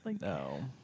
No